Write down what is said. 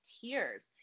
tears